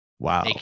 Wow